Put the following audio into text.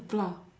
flour